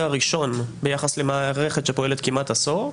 הראשון ביחס למערכת שפועלת כמעט עשור,